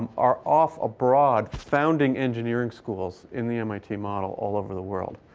are off abroad founding engineering schools in the mit model all over the world.